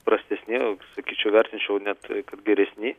prastesni sakyčiau vertinčiau net kad geresni